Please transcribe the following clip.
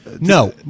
no